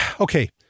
okay